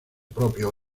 propio